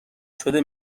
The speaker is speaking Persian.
شده